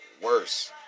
worse